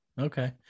Okay